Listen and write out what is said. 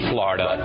Florida